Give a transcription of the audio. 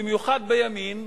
במיוחד בימין,